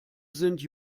sind